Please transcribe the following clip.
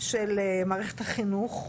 של מערכת החינוך.